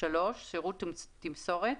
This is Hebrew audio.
(3)שירות תמסורת,